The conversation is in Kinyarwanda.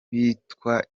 bitwa